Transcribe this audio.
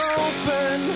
open